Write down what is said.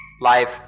life